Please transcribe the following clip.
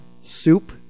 soup